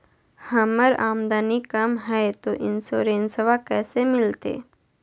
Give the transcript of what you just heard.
हमर आमदनी कम हय, तो इंसोरेंसबा कैसे मिलते?